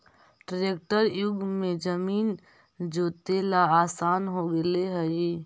tractor युग में जमीन जोतेला आसान हो गेले हइ